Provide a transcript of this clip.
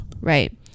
Right